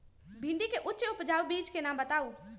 भिंडी के उच्च उपजाऊ बीज के नाम बताऊ?